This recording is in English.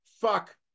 fuck